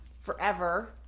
forever